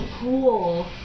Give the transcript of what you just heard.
cool